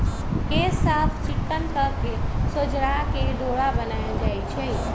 केश साफ़ चिक्कन कके सोझरा के डोरा बनाएल जाइ छइ